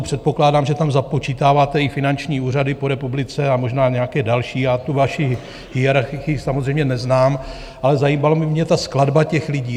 Předpokládám, že tam započítáváte i finanční úřady po republice a možná nějaké další, já tu vaši hierarchii samozřejmě neznám, ale zajímala by mě skladba těch lidí.